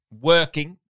working